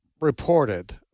reported